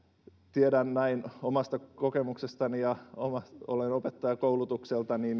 tiedän näin omasta kokemuksestani olen opettaja koulutukseltani